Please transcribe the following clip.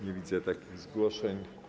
Nie widzę takich zgłoszeń.